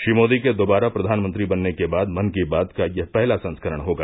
श्री मोदी के दोबारा प्रधानमंत्री बनने के बाद मन की बात का यह पहला संस्करण होगा